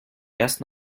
erst